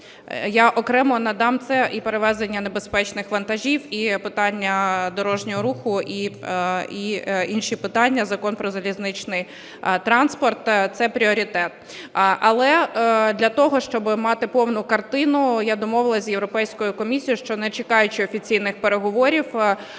Я окремо надам це, і перевезення небезпечних вантажів, і питання дорожнього руху, і інші питання, Закон "Про залізничний транспорт" – це пріоритет. Але для того, щоб мати повну картину, я домовилась з Європейською комісією, що не чекаючи офіційних переговорів,